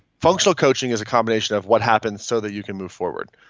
functional coaching is a combination of what happened so that you can move forward.